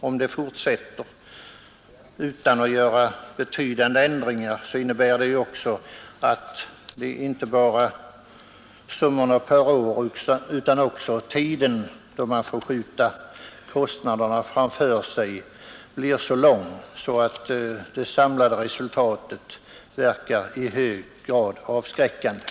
Om detta fortsätter utan att man gör betydande ändringar innebär det att inte bara summorna per år utan också tiden då man får skjuta kostnaderna framför sig blir så betydande, att det samlade resultatet verkar i hög grad avskräckande.